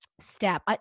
step